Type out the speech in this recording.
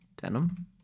denim